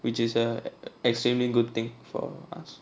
which is a extremely good thing for us